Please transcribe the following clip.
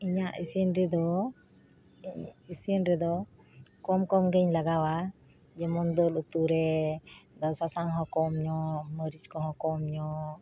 ᱤᱧᱟ ᱜ ᱤᱥᱤᱱ ᱨᱮᱫᱚ ᱤᱥᱤᱱ ᱨᱮᱫᱚ ᱠᱚᱢ ᱠᱚᱢ ᱜᱮᱧ ᱞᱟᱜᱟᱣᱟ ᱡᱮᱢᱚᱱ ᱫᱟᱹᱞ ᱩᱛᱩ ᱨᱮ ᱥᱟᱥᱟᱝ ᱦᱚᱸ ᱠᱚᱢ ᱧᱚᱜ ᱢᱟᱹᱨᱤᱪ ᱠᱚᱦᱚᱸ ᱠᱚᱢ ᱧᱚᱜ